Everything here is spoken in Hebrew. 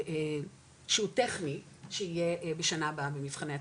שהוא טכני בשנה הבאה במבחני התמיכה,